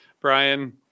Brian